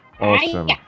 Awesome